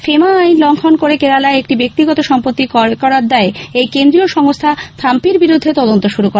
FEMA আইন লঙ্ঘন করে কেরালায় একটি ব্যক্তিগত সম্পত্তি ক্রয় করার দায়ে এই কেন্দ্রীয় সংস্থা থাম্পির বিরুদ্ধে তদন্ত শুরু করে